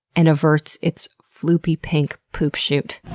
and averts its floopy pink poop shoot,